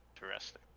interesting